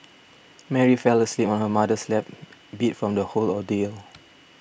Mary fell asleep on her mother's lap beat from the whole ordeal